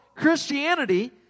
Christianity